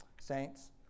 saints